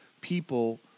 people